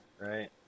Right